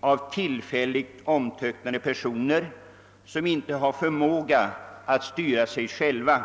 av tillfälligt omtöcknade personer som inte har förmåga att styra sig själva.